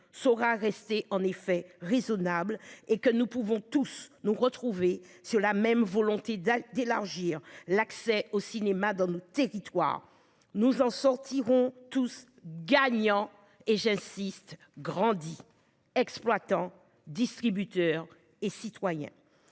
saura rester en effet raisonnables et que nous pouvons tous nous retrouver sur la même volonté d'élargir l'accès au cinéma dans le territoire, nous en sortirons tous gagnants et j'insiste grandit exploitant distributeur et citoyens.